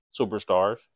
superstars